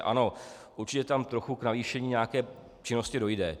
Ano, určitě tam trochu k navýšení nějaké činnosti dojde.